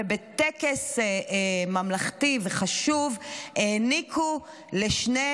ובטקס ממלכתי וחשוב העניקו לשני